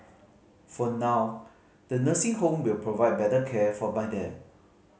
for now the nursing home will provide better care for my dad